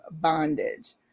bondage